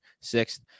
sixth